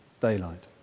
daylight